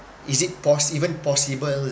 is it pos~ even possible